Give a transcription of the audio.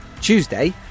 Tuesday